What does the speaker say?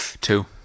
Two